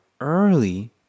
early